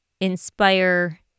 inspire